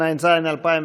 התשע"ז 2017,